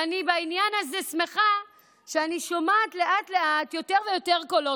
ובעניין הזה אני שמחה שאני שומעת לאט-לאט יותר ויותר קולות.